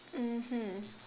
mmhmm